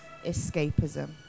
escapism